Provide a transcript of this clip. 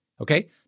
Okay